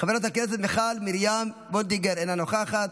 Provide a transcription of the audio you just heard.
חברת הכנסת מיכל מרים וולדיגר, אינה נוכחת,